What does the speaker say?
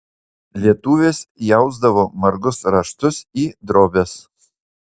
lietuvės įausdavo margus raštus į drobes